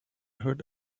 heard